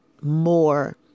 more